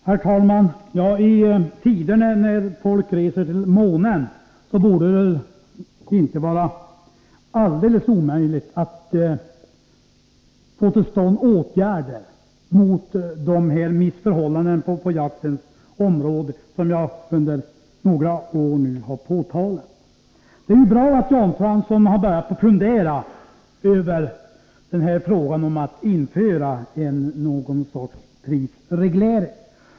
Herr talman! I tider när folk reser till månen borde det väl inte vara alldeles omöjligt att få till stånd åtgärder mot de missförhållanden på jaktens område som jag nu under några år har påtalat. Det är ju bra att Jan Fransson har börjat fundera över införande av något slags prisreglering.